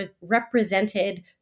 represented